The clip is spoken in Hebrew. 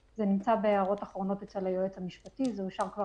ההחלטות בנושא הזה היו צריכות